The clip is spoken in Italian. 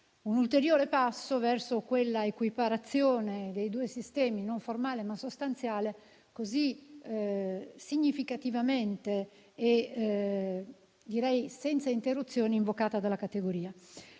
un ulteriore passo verso quella equiparazione dei due sistemi, non formale ma sostanziale così significativamente e direi senza interruzioni invocata dalla categoria.